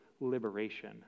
liberation